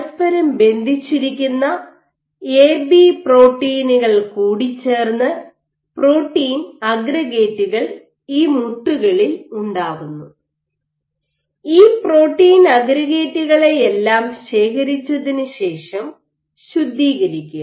പരസ്പരം ബന്ധിച്ചിരിക്കുന്ന A B പ്രോട്ടീനുകൾ A B proteins കൂടിച്ചേർന്ന് പ്രോട്ടീൻ അഗ്രഗേറ്റുകൾ ഈ മുത്തുകളിൽ ഉണ്ടാവുന്നു ഈ പ്രോട്ടീൻ അഗ്രഗേറ്റുകളെയെല്ലാം ശേഖരിച്ചതിനു ശേഷം ശുദ്ധീകരിക്കുക